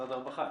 משרד הרווחה?